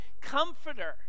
comforter